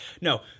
No